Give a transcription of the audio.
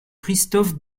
christophe